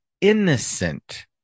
innocent